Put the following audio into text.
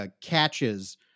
catches